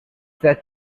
that